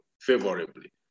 favorably